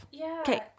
Okay